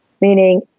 Meaning